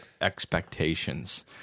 expectations